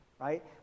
right